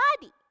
body